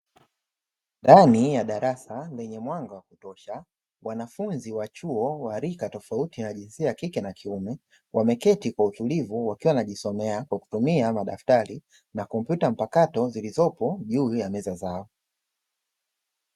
Ndani ya darasa lenye mwanga wa kutosha wanafunzi wa chuo wa rika tofauti na jinsia ya kike na kiume, wameketi kwa utulivu wakiwa wanajisomea kwa kutumia madaftari na kompyuta mpakato zilizopo juu ya meza zao.